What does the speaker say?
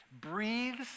breathes